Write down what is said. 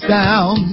down